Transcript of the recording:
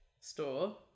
store